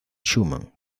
schumann